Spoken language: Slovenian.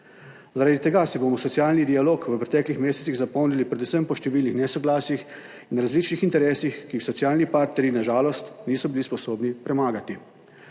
Zaradi tega si bomo socialni dialog v preteklih mesecih zapomnili predvsem po številnih nesoglasjih in različnih interesih, ki jih socialni partnerji na žalost niso bili sposobni premagati.